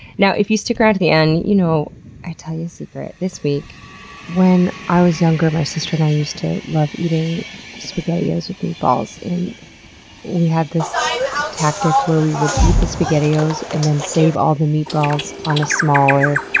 now, if you stick around to the end you know i tell you a secret and this week when i was younger my sister and i used to love eat ing spaghettios with meatballs and we had this tactic where we would eat the spaghettios and then save all the meatballs on a smaller,